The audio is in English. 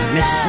Miss